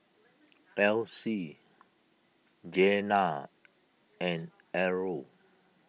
Essie Jenna and Errol